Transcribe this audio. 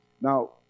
Now